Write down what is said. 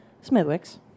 Smithwick's